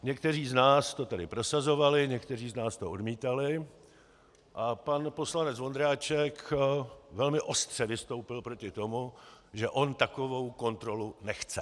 Někteří z nás to tady prosazovali, někteří z nás to odmítali a pan poslanec Ondráček velmi ostře vystoupil proti tomu, že on takovou kontrolu nechce.